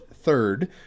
third